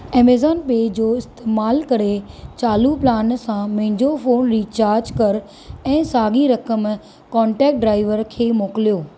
Amazon पे जो इस्तेमाल करे चालू प्लान सां मुंहिंजो फ़ोन रीचार्जं कर ऐं साॻी रक़म कॉन्टेक्ट ड्राइवर खे मोकिलियो